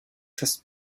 czas